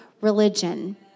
religion